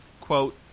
quote